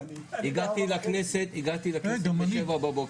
הגעתי לכנסת בשבע בבוקר,